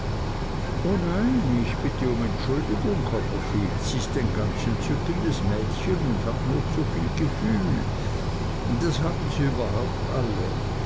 o nein ich bitte um entschuldigung copperfield sie ist ein ganz entzückendes mädchen und hat nur zu viel gefühl das haben sie überhaupt alle